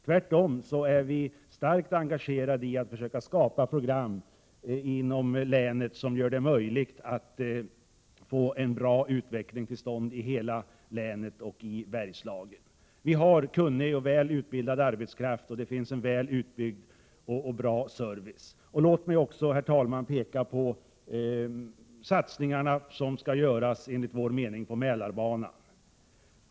Tvärtom har vi starkt engagerat oss i att försöka skapa program inom länet som gör det möjligt att få en bra utveckling till stånd i hela länet. Vi har kunnig och välutbildad arbetskraft, och det finns en väl utbyggd och bra service. Låt mig, herr talman, peka på satsningar som skall göras på Mälarbanan.